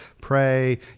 pray